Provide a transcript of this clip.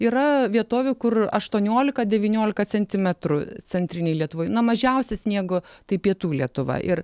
yra vietovių kur aštuoniolika devyniolika centimetrų centrinėj lietuvoj na mažiausia sniego tai pietų lietuva ir